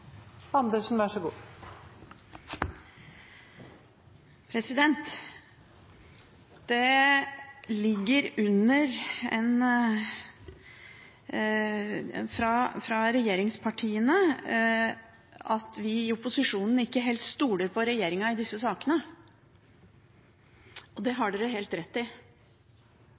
Det ligger under fra regjeringspartiene at vi i opposisjonen ikke helt stoler på regjeringen i disse sakene, og det har de helt rett i.